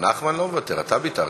נחמן לא מוותר, אתה ויתרת.